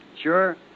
Sure